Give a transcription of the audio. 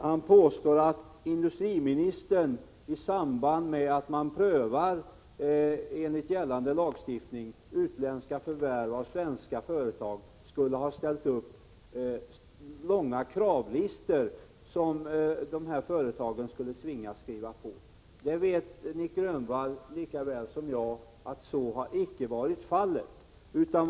Han påstår att industriministern, i samband med att man enligt gällande lagstiftning prövar utländska förvärv av svenska företag, skulle ha ställt upp långa kravlistor, som de här företagen skulle tvingas att skriva på. Nic Grönvall vet lika väl som jag att så icke har varit fallet.